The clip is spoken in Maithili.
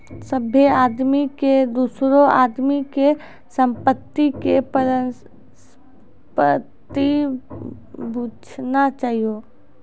सभ्भे आदमी के दोसरो आदमी के संपत्ति के परसंपत्ति बुझना चाही